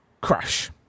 crash